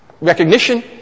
recognition